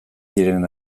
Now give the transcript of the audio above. diren